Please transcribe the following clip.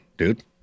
dude